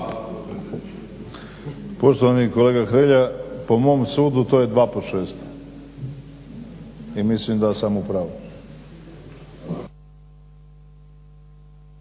Poštovani kolega Hrelja, po mom sudu to je dva po šest i mislim da sam u pravu.